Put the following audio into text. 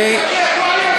אנחנו או-טו-טו עוברים להצבעה.